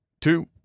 two